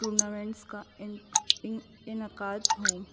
tournaments کا ان ان انعقاد ہو